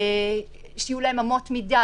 שיהיו להם אמות מידה,